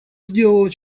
сделала